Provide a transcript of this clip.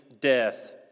death